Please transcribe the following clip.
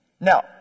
Now